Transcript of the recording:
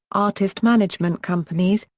artist management companies,